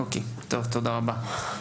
אוקי, טוב, תודה רבה.